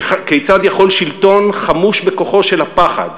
כיצד יכול שלטון חמוש בכוחו של הפחד,